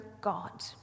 God